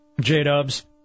J-Dubs